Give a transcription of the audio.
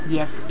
Yes